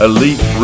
Elite